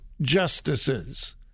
justices